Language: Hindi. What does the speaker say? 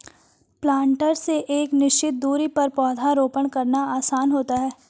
प्लांटर से एक निश्चित दुरी पर पौधरोपण करना आसान होता है